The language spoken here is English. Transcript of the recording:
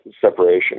separation